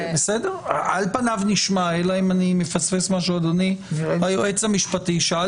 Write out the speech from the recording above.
על פניו נשמע - אלא אם אני מפספס משהו אדוני היועץ המשפטי - שיש